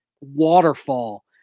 waterfall